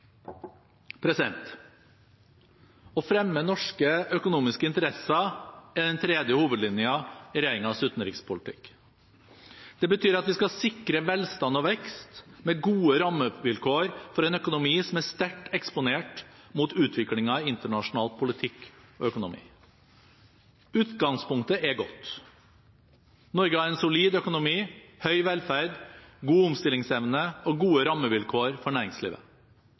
Å fremme norske økonomiske interesser er den tredje hovedlinjen i regjeringens utenrikspolitikk. Det betyr at vi skal sikre velstand og vekst, med gode rammevilkår for en økonomi som er sterkt eksponert mot utviklingen i internasjonal politikk og økonomi. Utgangspunktet er godt. Norge har en solid økonomi, høy velferd, god omstillingsevne og gode rammevilkår for næringslivet.